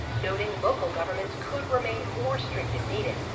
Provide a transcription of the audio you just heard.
noting local governments could remain more strict if needed.